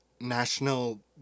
National